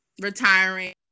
Retiring